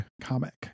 comic